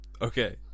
Okay